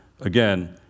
Again